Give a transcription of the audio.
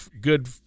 good